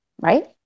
right